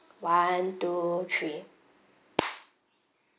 one two three